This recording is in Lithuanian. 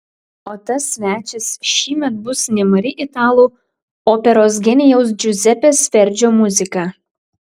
o tas svečias šįmet bus nemari italų operos genijaus džiuzepės verdžio muzika